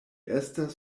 estas